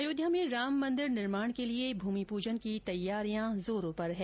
अयोध्या में राम मंदिर निर्माण के लिए भूमि पूजन की तैयारियां जोरों पर हैं